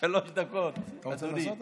שלוש דקות, אדוני.